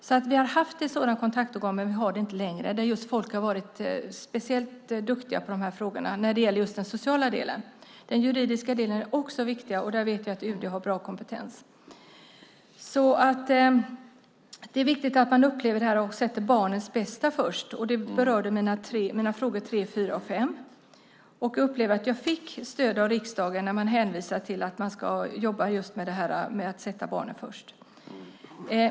Vi har alltså haft ett sådant kontaktorgan, men har det inte längre, där folk har varit speciellt duktiga på de här frågorna när det gäller den sociala delen. De juridiska delarna är också viktiga, och där vet jag att UD har bra kompetens. Det är alltså viktigt att man upplever det här och sätter barnens bästa först. Det berör mina frågor tre, fyra och fem. Jag upplever att jag fick stöd av riksdagen. Man hänvisar till att man vill att man ska jobba med att sätta barnen först.